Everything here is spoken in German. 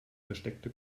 versteckte